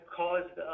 caused